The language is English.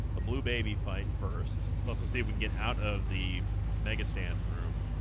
a blue baby fight first bus let's see if we get out of the mega stan room